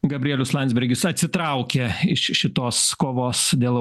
gabrielius landsbergis atsitraukia iš šitos kovos dėl